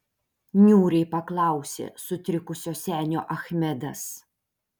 niūriai paklausė sutrikusio senio achmedas